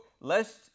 lest